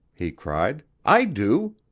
he cried, i do.